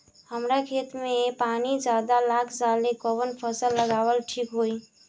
हमरा खेत में पानी ज्यादा लग जाले कवन फसल लगावल ठीक होई?